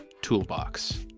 toolbox